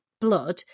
blood